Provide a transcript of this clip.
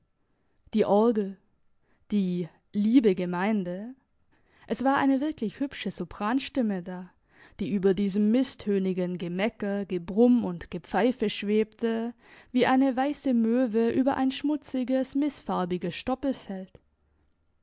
die orgel die liebe gemeinde es war eine wirklich hübsche sopranstimme da die über diesem misstönigen gemecker gebrumm und gepfeife schwebte wie eine weisse möwe über ein schmutziges missfarbiges stoppelfeld